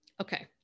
Okay